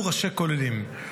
פנו ראשי כוללים,